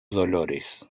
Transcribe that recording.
dolores